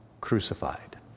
crucified